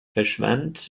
verschwand